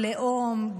לאום,